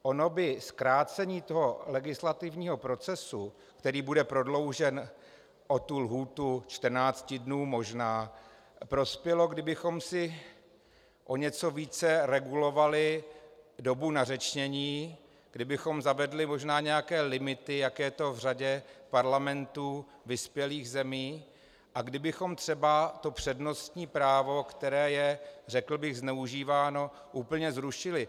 Ono by zkrácení toho legislativního procesu, který bude prodloužen o tu lhůtu 14 dnů možná, prospělo, kdybychom si o něco více regulovali dobu na řečnění, kdybychom zavedli možná nějaké limity, jak je to v řadě parlamentů vyspělých zemí, a kdybychom třeba to přednostní právo, které je, řekl bych, zneužíváno, úplně zrušili.